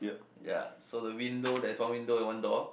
ya so the window there's one window and one door